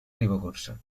ribagorça